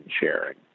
sharing